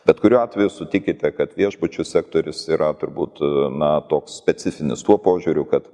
bet kuriuo atveju sutikite kad viešbučių sektorius yra turbūt na toks specifinis tuo požiūriu kad